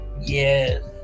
yes